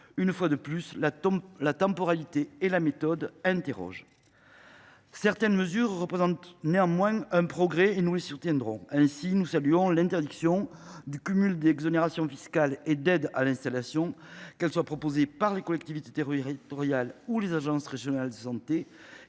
une nouvelle fois, la temporalité et la méthode interrogent… Certaines mesures représentent néanmoins un progrès et nous les soutiendrons. Ainsi, nous saluons l’interdiction du cumul d’exonérations fiscales et d’aides à l’installation, qu’elles soient proposées par les collectivités territoriales ou les ARS, afin de lutter